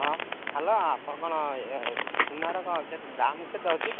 ହଁ ହ୍ୟାଲୋ ଆପଣ କ'ଣ ଇଏ ସୁନାର କେତେ ଦାମ୍ କେତେ ଅଛି